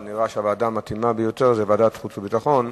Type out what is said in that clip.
אבל נראה שהוועדה המתאימה ביותר היא ועדת חוץ וביטחון.